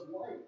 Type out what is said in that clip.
life